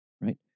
Right